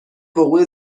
وقوع